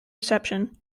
reception